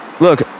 Look